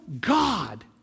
God